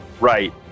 right